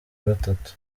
gatatu